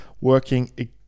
working